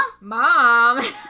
Mom